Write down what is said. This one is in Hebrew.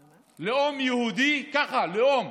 ככה, לאום.